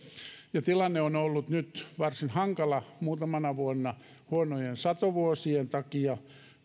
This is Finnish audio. tilanne on ollut nyt varsin hankala muutamana vuonna huonojen satovuosien takia